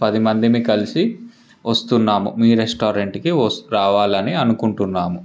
పది మందిని కలిసి వస్తున్నాము మీ రెస్టారెంట్కి వస్ రావాలి అని అనుకుంటున్నాము